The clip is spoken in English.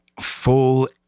full